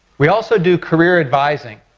we also do career advising.